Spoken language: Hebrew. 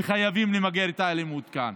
וחייבים למגר את האלימות כאן.